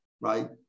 right